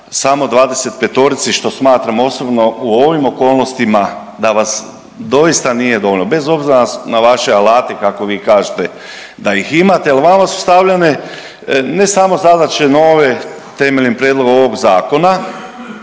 samo 25-ici, što smatram osobno u ovim okolnostima, da vas doista nije dovoljno, bez obzira na vaše alate, kako vi kažete, da ih imate jer vama su stavljene ne samo zadaće nove temeljem prijedloga ovog zakona